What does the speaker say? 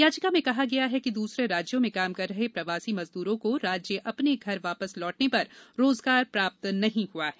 याचिका में कहा गया है कि दूसरे राज्यों में काम कर रहे प्रवासी मजदूरों को राज्य अपने घर वापस लौटने पर रोजगार प्राप्त नहीं हुआ है